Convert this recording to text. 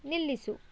ನಿಲ್ಲಿಸು